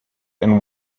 and